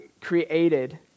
created